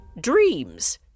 dreams